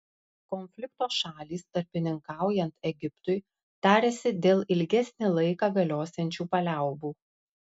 konflikto šalys tarpininkaujant egiptui tariasi dėl ilgesnį laiką galiosiančių paliaubų